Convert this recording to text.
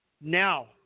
Now